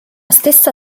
stessa